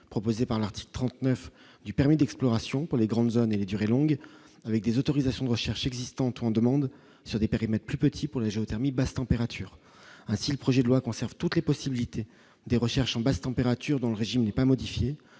proposée par l'article 39 du permis d'exploration pour les grandes années les durées longues avec des autorisations de recherche existantes en demande, sur des périmètres plus petits pour la géothermie basse température ainsi le projet de loi conserve toutes les possibilités des recherches en basse température dans le régime n'est pas modifiée